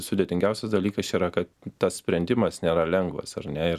sudėtingiausias dalykas čia yra kad tas sprendimas nėra lengvas ar ne ir